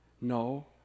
No